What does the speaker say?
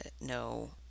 No